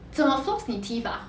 怎么 floss 你 teeth ah